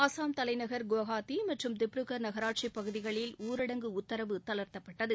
அசாம் தலைநகர் குவஹாத்தி மற்றும் திப்ருகர் நகராட்சிப் பகுதிகளில் ஊரடங்கு உத்தரவு தளர்த்தப்பட்டது